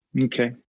Okay